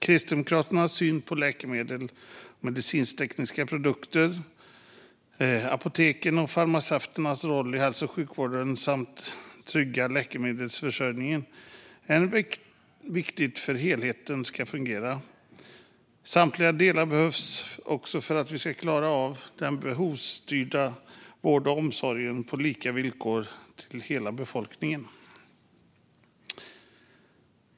Kristdemokraternas syn på läkemedel och medicintekniska produkter, apoteken och farmaceuternas roll i hälso-och sjukvården samt en trygg läkemedelsförsörjning är att de är viktiga för att helheten ska fungera. Samtliga delar behövs också om vi ska klara av att ha behovsstyrd vård och omsorg på lika villkor till hela befolkningen.